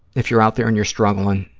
if you're out there and you're struggling,